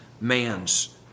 man's